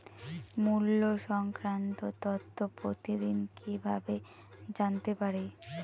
মুল্য সংক্রান্ত তথ্য প্রতিদিন কিভাবে জানতে পারি?